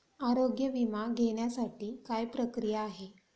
आरोग्य विमा घेण्यासाठी काय प्रक्रिया आहे?